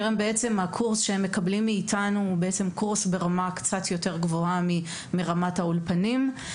הם עוברים קורס שהוא ברמה קצת יותר גבוהה מרמת האולפנים.